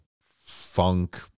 funk